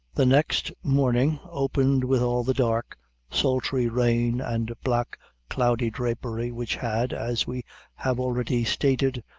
the next morning opened with all the dark sultry rain and black cloudy drapery, which had, as we have already stated,